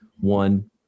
one